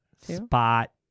Spot